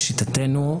שלשיטתנו,